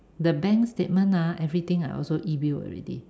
the bank statement ah everything I also e-bill already